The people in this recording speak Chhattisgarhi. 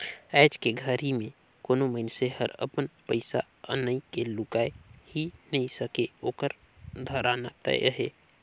आयज के घरी मे कोनो मइनसे हर अपन पइसा अनई के लुकाय ही नइ सके ओखर धराना तय अहे